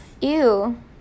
Ew